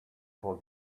for